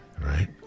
right